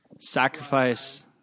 Sacrifice